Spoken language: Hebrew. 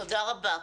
תודה רבה.